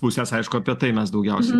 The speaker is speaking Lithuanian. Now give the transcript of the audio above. pusės aišku apie tai mes daugiausiai